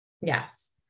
Yes